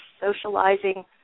socializing